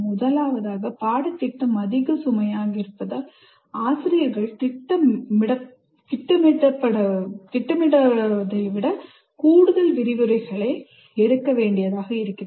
முதலாவதாக பாடத்திட்டம் அதிக சுமையாக இருப்பதால் ஆசிரியர்கள் திட்டமிடப்பட்டதை விட கூடுதல் விரிவுரைகளை எடுக்க வேண்டியதாக இருக்கிறது